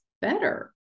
better